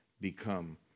become